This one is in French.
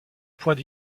point